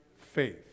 faith